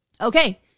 Okay